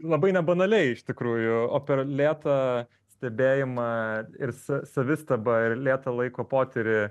labai nebanaliai iš tikrųjų o per lėtą stebėjimą ir sa savistabą ir lėtą laiko potyrį